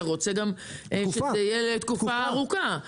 אתה רוצה שזה יהיה לתקופה ארוכה.